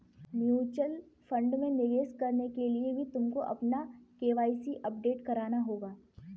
mutual fund में निवेश करने के लिए भी तुमको अपना के.वाई.सी अपडेट कराना होगा